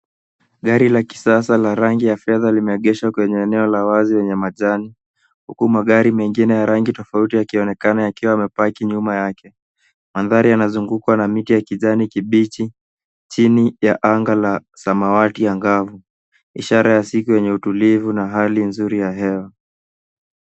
Gari la kisasa la rangi ya fedha limeegeshwa kwenye eneo la wazi yenye majani, huku magari mengine ya rangi tofauti yanaonekana yakiwa yamepaki nyuma yake. Mandhari yanazungukwa na miti ya kijani kibichi, chini ya anga la samawati angavu, ishara ya siku yenye utulivu na hali nzuri ya hewa.